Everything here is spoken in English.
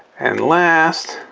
and last,